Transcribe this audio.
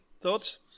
thoughts